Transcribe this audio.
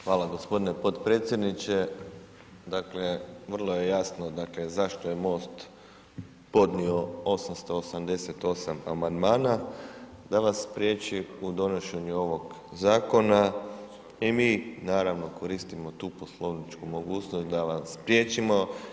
Hvala gospodine podpredsjedniče, dakle vrlo je jasno dakle zašto je MOST podnio 888 amandmana da vas spriječi u donošenju ovog zakona i mi naravno koristimo tu poslovničku mogućnost da vas spriječimo.